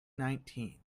nineteen